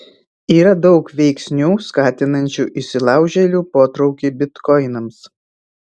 yra daug veiksnių skatinančių įsilaužėlių potraukį bitkoinams